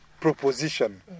proposition